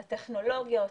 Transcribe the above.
לטכנולוגיות,